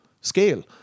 scale